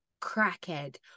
crackhead